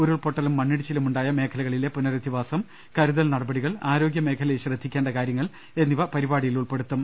ഉരുൾപൊ ട്ടലും മണ്ണിടിച്ചിലുമുണ്ടായ മേഖലകളിലെ പുനരധിവാസം കരു തൽ നടപടികൾ ആരോഗ്യ മേഖലയിൽ ശ്രദ്ധിക്കേണ്ട കാര്യങ്ങൾ എന്നിവ പരിപാടിയിൽ ഉൾപ്പെടുത്തും